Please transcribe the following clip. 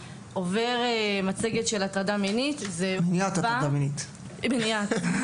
עובר מצגת של מניעת הטרדה מינית ושל עזרה ראשונה.